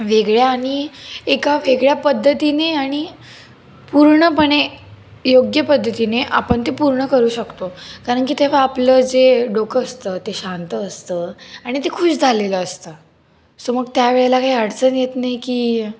वेगळ्या आणि एका वेगळ्या पद्धतीने आणि पूर्णपणे योग्य पद्धतीने आपण ते पूर्ण करू शकतो कारण की तेव्हा आपलं जे डोकं असतं ते शांत असतं आणि ते खूश झालेलं असतं सो मग त्यावेळेला काही अडचण येत नाही की